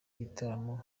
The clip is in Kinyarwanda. igitaramo